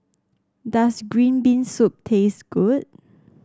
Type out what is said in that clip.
does Green Bean Soup taste good